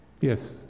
Yes